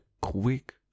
quick